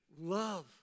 love